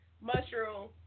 mushroom